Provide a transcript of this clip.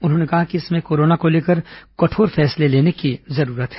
उन्होंने कहा कि इस समय कोरोना को लेकर कठोर फैसले लेने की जरूरत है